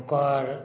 ओकर